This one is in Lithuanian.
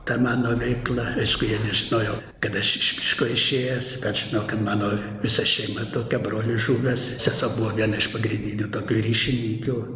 ta mano veikla aišku jie nežinojo kad aš iš miško išėjęs bet žino kad mano visa šeima tokia brolis žuvęs sesuo buvo viena iš pagrindinių tokių ryšininkių